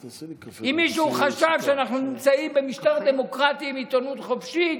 אם מישהו חשב שאנחנו נמצאים במשטר דמוקרטי עם עיתונות חופשית,